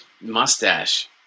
mustache